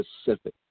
specific